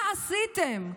מה עשיתם?